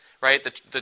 right